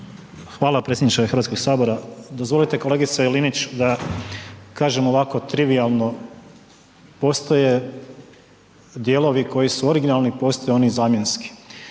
Hvala predsjedniče Hrvatskog sabora. Dozvolite kolegice Linić da kažem ovako trivijalno, postoje dijelovi koji su originalni, postoje oni zamjenski.